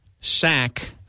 sack